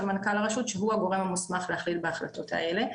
מנכ"ל הרשות שהוא הגורם המוסמך להחליט בהחלטות האלה,